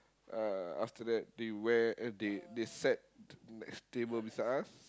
uh after that they wear they they sat next table beside us